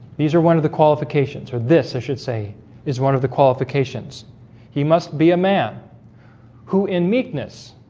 these are one of the qualifications or this i should say is one of the qualifications he must be a man who in meekness?